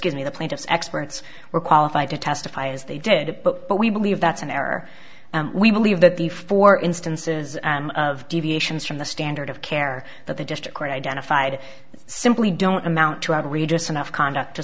give me the plaintiff's experts were qualified to testify as they did it but but we believe that's an error we believe that the four instances of deviations from the standard of care that they just identified simply don't amount to outrageous enough conduct to